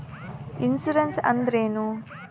Insurance ಅಂದ್ರೇನು?